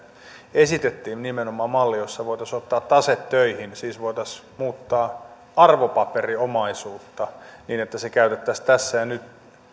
esitettiin nimenomaan malli jossa voitaisiin ottaa tase töihin siis voitaisiin muuttaa arvopaperiomaisuutta niin että se käytettäisiin tässä ja nyt